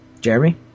jeremy